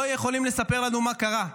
לא יכולים לספר לנו מה קרה.